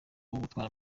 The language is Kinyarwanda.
gutwara